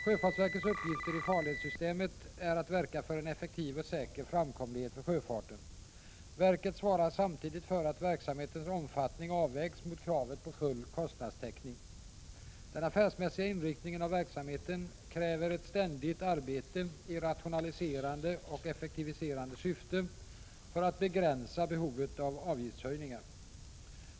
Sjöfartsverkets uppgifter i farledssystemet är att verka för en effektiv och säker framkomlighet för sjöfarten. Verket svarar samtidigt för att verksamhetens omfattning avvägs mot kravet på full kostnadstäckning. Den affärsmässiga inriktningen av verksamheten kräver ett ständigt arbete i rationaliserande och effektiviserande syfte för att begränsa behovet av avgiftshöjningar.